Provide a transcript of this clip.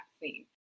vaccine